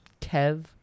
Kev